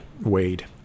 Wade